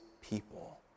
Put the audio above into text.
people